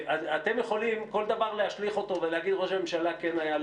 שאתם יכולים כל דבר להשליך אותו ולהגיד: ראש הממשלה כן היה,